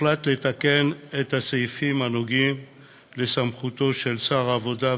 הוחלט לתקן את הסעיפים הנוגעים לסמכותו של שר העבודה,